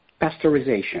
pasteurization